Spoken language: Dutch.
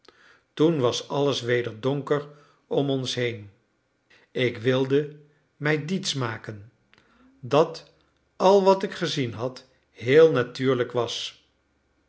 toen was alles weder donker om ons heen ik wilde mij diets maken dat al wat ik gezien had heel natuurlijk was